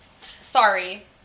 Sorry